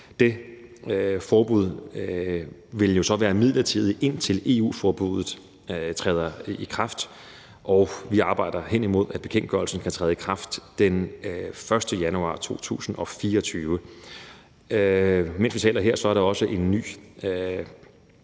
Det forbud vil jo så være midlertidigt, indtil EU-forbuddet træder i kraft, og vi arbejder hen imod, at bekendtgørelsen kan træde i kraft den 1. januar 2024. Mens vi taler her, er der også nye